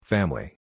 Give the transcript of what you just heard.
Family